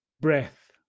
breath